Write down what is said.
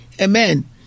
Amen